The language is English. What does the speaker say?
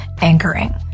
anchoring